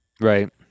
right